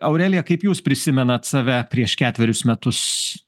aurelija kaip jūs prisimenat save prieš ketverius metus